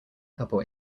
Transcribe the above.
couple